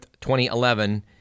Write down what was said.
2011